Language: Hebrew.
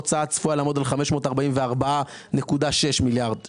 ההוצאה צפויה לעמוד על 544.6 מיליארד שקל,